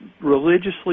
religiously